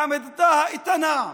בעמידתה האיתנה.